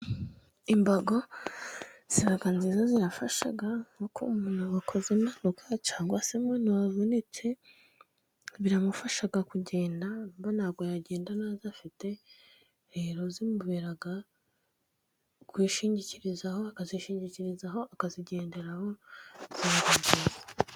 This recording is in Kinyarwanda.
Imbago siba nziza zirafasha nkuko umuntu wakoze impanuka cyangwa se umuntu wavunitse, biramufasha kugenda kuko atabasha kugenda neza ntazi afite. Rero zimubera kuzishingikirizaho akazishingikirizaho akazigenderaho ni nziza.